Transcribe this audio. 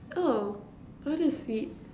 oh what a sweet